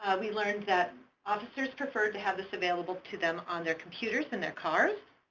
ah we learned that officers preferred to have this available to them on their computers in their cars,